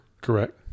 Correct